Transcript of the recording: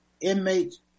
inmates